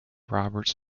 roberts